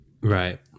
Right